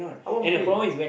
I won't play